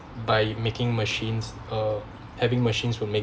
by making machines uh having machines will make